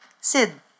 Sid